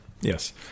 Yes